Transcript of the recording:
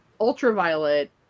ultraviolet